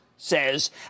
Says